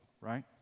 right